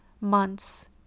months